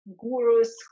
Gurus